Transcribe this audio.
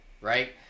Right